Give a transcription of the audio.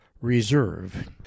Reserve